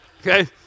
Okay